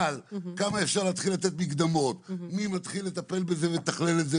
כמה מקדמות לתת, מי מתחיל לטפל בזה ולתכלל את זה